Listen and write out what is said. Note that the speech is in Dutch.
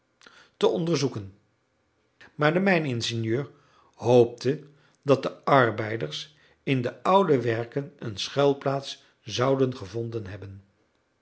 te onderzoeken maar de mijningenieur hoopte dat de arbeiders in de oude werken een schuilplaats zouden gevonden hebben